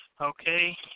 Okay